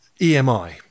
EMI